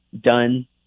done